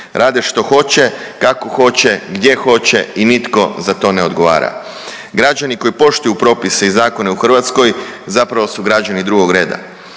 Rade što hoće, kako hoće, gdje hoće i nitko za to ne odgovara. Građani koji poštuju propise i zakone u Hrvatskoj zapravo su građani drugog reda